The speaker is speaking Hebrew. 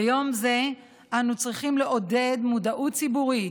ביום זה אנחנו צריכים לעודד מודעות ציבורית,